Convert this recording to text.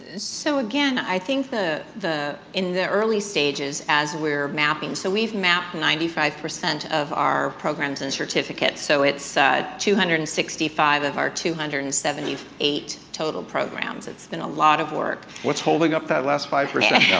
so, again i think the the in the early stages as we're mapping, so we've mapped ninety five percent of our programs and certificates, so it's two hundred and sixty five of our two hundred and seventy eight total programs it's been a lot of work. what's holding up that last five percent now?